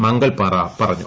മംഗൾപാറ പറഞ്ഞു